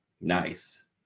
nice